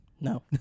No